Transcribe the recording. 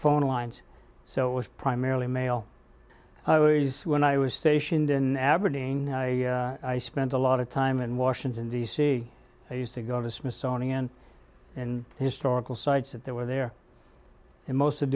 phone lines so it was primarily male i was when i was stationed in aberdeen i spent a lot of time in washington d c i used to go to smithsonian and historical sites that there were there and most of